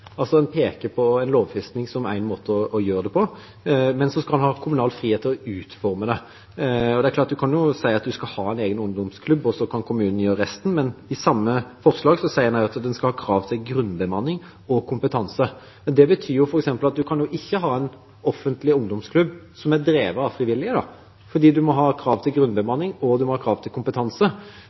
En peker på en lovfesting som en måte å gjøre det på, men så skal man ha kommunal frihet til å utforme det. Det er klart en kan si at en skal ha en egen ungdomsklubb, og så kan kommunen gjøre resten. Men i samme forslag sier en også at en skal ha krav til grunnbemanning og kompetanse. Det betyr f.eks. at en ikke kan ha en offentlig ungdomsklubb som er drevet av frivillige, fordi en må ha krav til grunnbemanning og krav til kompetanse.